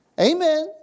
Amen